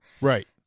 right